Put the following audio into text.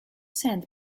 sand